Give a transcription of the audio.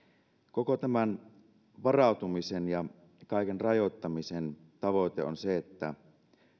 koko tämän varautumisen ja kaiken rajoittamisen tavoite on että